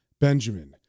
Benjamin